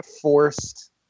forced